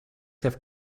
have